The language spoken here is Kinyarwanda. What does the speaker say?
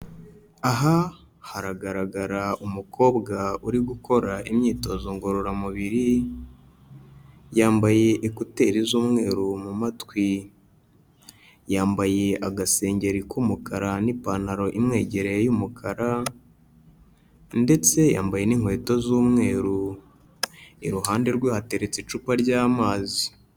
Aha haragaragara umukobwa uri gukora imyitozo ngororamubiri, yambaye ekuteri z'umweru mu matwi, yambaye agasengeri k'umukara n'ipantaro imwegereye y'umukara ndetse yambaye n'inkweto z'umweru, iruhande rwe hateretse icupa ry'amazi.